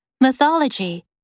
mythology